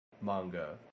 manga